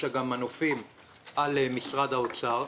יש לה גם מנופים על משרד האוצר.